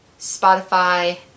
Spotify